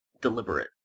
deliberate